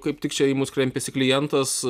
kaip tik čia į mus kreipiasi klientas